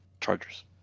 Chargers